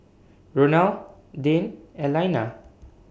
Ronal Dane and Elaina